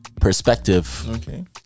Perspective